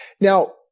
Now